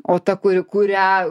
o ta kuri kurią